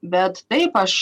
bet taip aš